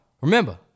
remember